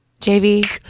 JV